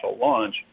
launch